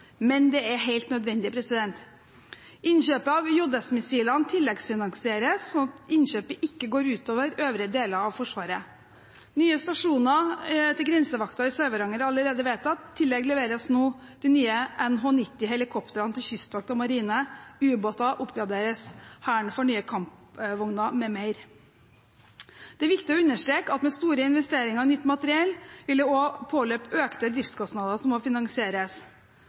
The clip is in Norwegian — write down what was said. men det er helt nødvendig. Innkjøpet av JS-missilene tilleggsfinansieres, sånn at innkjøpet ikke går ut over øvrige deler av Forsvaret. Nye stasjoner til grensevakten i Sør-Varanger er allerede vedtatt. I tillegg leveres nå de nye NH90-helikoptrene til Kystvakten og Marinen, ubåter oppgraderes, Hæren får nye kampvogner m.m. Det er viktig å understreke at med store investeringer i nytt materiell vil det også påløpe økte driftskostnader som må finansieres.